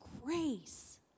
grace